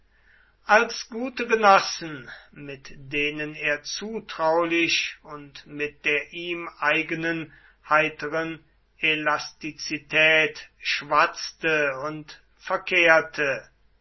als gute genossen mit denen er zutraulich und mit der ihm eigenen heiteren elastizität schwatzte und verkehrte